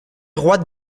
roi